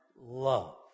love